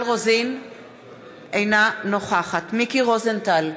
אינה נוכחת מיקי רוזנטל,